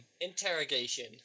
Interrogation